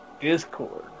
Discord